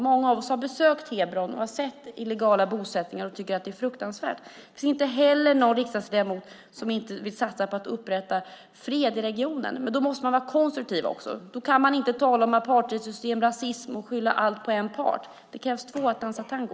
Många av oss har besökt Hebron, sett illegala bosättningar och tycker att det är fruktansvärt. Och inte heller finns det någon riksdagsledamot som inte vill satsa på att upprätta fred i regionen, men då måste man vara konstruktiv. Då kan man inte tala om apartheidsystem och rasism och skylla allt på en part. Det krävs två att dansa tango.